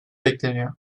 bekleniyor